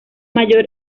mayor